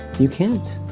you can't.